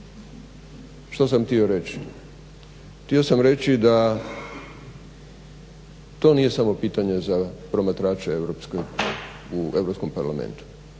što sam htio reći. Htio sam reći da to nije samo pitanje za promatrače u Europskom parlamentu.